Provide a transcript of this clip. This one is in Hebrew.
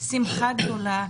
שמחה גדולה,